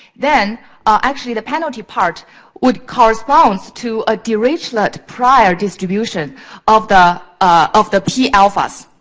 then ah actually, the penalty part would correspond to a de-reach-let prior distribution of the of the p alphas.